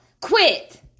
Quit